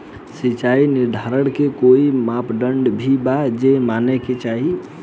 सिचाई निर्धारण के कोई मापदंड भी बा जे माने के चाही?